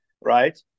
right